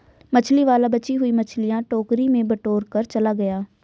मछली वाला बची हुई मछलियां टोकरी में बटोरकर चला गया